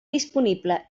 disponible